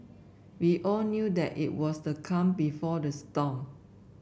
we all knew that it was the calm before the storm